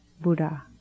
Buddha